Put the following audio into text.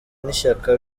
n’ishyaka